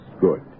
Good